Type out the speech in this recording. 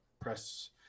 press